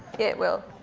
it will.